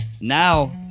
now